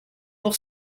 pour